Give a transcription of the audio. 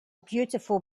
beautiful